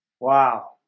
wow